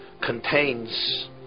contains